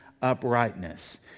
uprightness